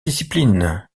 discipline